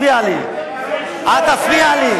אל תפריע לי.